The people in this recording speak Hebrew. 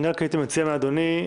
רק הייתי מציע לאדוני,